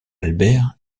albert